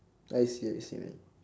I see I see man